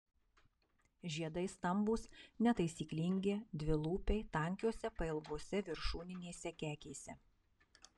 žiedai stambūs netaisyklingi dvilūpiai tankiose pailgose viršūninėse kekėse